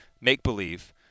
make-believe